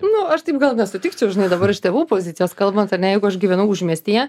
nu aš taip gal nesutikčiau žinai dabar iš tėvų pozicijos kalbant ane jeigu aš gyvenu užmiestyje